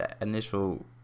initial